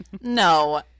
No